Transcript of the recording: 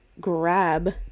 grab